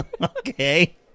Okay